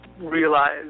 realize